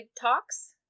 talks